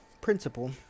principle